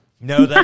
No